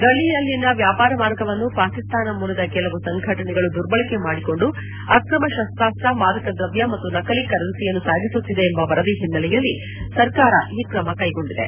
ಗಡಿಯಲ್ಲಿನ ವ್ಯಾಪಾರ ಮಾರ್ಗವನ್ನು ಪಾಕಿಸ್ತಾನ ಮೂಲದ ಕೆಲವು ಸಂಘಟನೆಗಳು ದುರ್ಬಳಕೆ ಮಾಡಿಕೊಂಡು ಅಕ್ರಮ ಶಸ್ತಾಸ್ತ್ರ ಮಾದಕ ದ್ರವ್ಯ ಮತ್ತು ನಕಲಿ ಕರೆನ್ಪಿಯನ್ನು ಸಾಗಿಸುತ್ತಿವೆ ಎಂಬ ವರದಿ ಹಿನ್ನೆಲೆಯಲ್ಲಿ ಸರ್ಕಾರ ಈ ಕ್ರಮ ಕೈಗೊಂಡಿದೆ